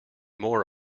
more